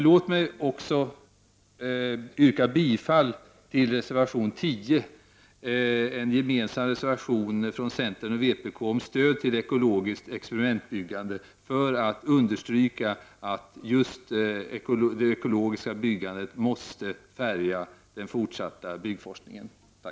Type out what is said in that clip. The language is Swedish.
Låt mig också yrka bifall till reservation 10, en gemensam reservation från centern och vpk om stöd till ekologiskt experimentbyggande. Jag gör det för att understryka att just det ekologiska byggandet måste färga den fortsatta byggforskningen. Tack!